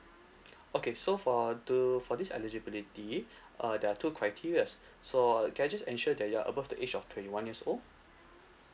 okay so for to for this eligibility uh there are two criteria so can I just ensure that you are above the age of twenty one years old